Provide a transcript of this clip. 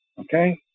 Okay